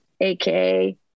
AKA